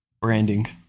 Branding